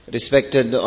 Respected